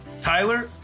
Tyler